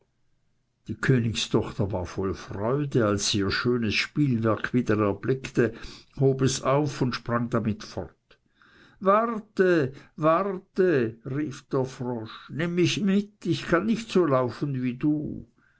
die königstochter war voll freude als sie ihr schönes spielwerk wieder erblickte hob es auf und sprang damit fort warte warte rief der frosch nimm mich mit ich kann nicht so laufen wie du